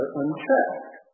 unchecked